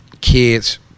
kids